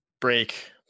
break